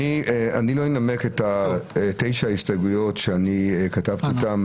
אני לא אנמק את תשע ההסתייגויות שאני כתבתי כאן,